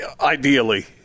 Ideally